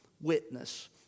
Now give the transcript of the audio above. witness